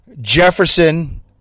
Jefferson